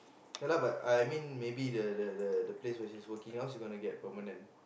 ya lah but I mean maybe the the the place where she's working now she's gonna get permanent